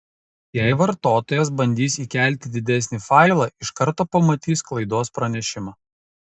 jei vartotojas bandys įkelti didesnį failą iš karto pamatys klaidos pranešimą